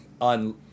on